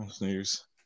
news